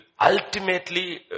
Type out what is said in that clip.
ultimately